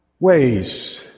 ways